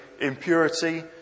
impurity